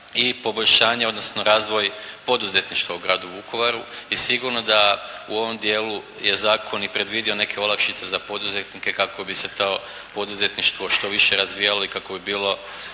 i poboljšanje, odnosno razvoj poduzetništva u gradu Vukovaru i sigurno da u ovom dijelu je zakon i predvidio neke olakšice za poduzetnike kako bi se to poduzetništvo što više razvijalo i kako bi bilo